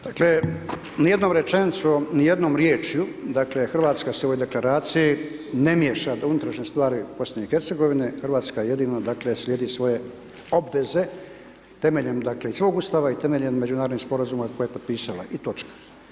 Dakle ni jednom rečenicom, ni jednom riječju, dakle, Hrvatska se u ovoj deklaraciji ne miješa unutrašnjoj stvari BIH, Hrvatska je jedino dakle, slijedi svoje obveze temeljem svog ustava i temeljem međunarodnog sporazuma kojega je potpisala i točka.